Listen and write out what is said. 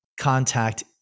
contact